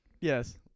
Yes